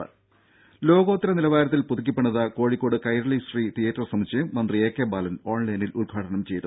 ദ്ദേ ലോകോത്തര നിലവാരത്തിൽ പുതുക്കി പണിത കോഴിക്കോട് കൈരളി ശ്രീ തീയേറ്റർ സമുച്ചയം മന്ത്രി എ കെ ബാലൻ ഓൺലൈനിൽ ഉദ്ഘാടനം ചെയ്തു